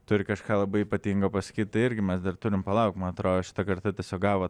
turi kažką labai ypatingo pasakyt tai irgi mes dar turim palaukt man atrodo šita karta tiesiog gavo